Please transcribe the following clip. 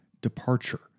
departure